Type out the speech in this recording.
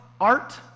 art